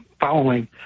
following